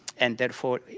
and therefore,